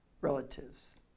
relatives